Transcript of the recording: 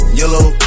yellow